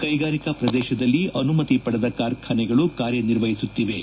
ಕೈಗಾರಿಕಾ ಶ್ರದೇಶದಲ್ಲಿ ಅನುಮತಿ ಪಡೆದ ಕಾರ್ಖಾನೆಗಳು ಕಾರ್ಯ ನಿರ್ವಹಿಸುತ್ತಿವೆ